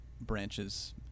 branches